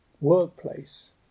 workplace